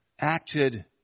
acted